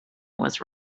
was